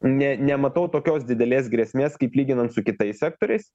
ne nematau tokios didelės grėsmės kaip lyginant su kitais sektoriais